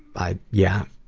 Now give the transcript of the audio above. i, yeah.